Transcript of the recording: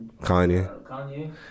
Kanye